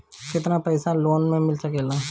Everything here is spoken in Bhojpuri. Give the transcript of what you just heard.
केतना पाइसा लोन में मिल सकेला?